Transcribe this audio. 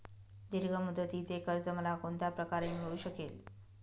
दीर्घ मुदतीचे कर्ज मला कोणत्या प्रकारे मिळू शकेल?